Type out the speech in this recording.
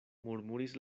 murmuris